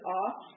off